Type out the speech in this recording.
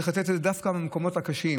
צריך לתת את זה דווקא במקומות הקשים,